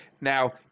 now